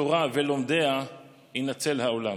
אמר הקדוש ברוך הוא: בזכות התורה ולומדיה יינצל העולם".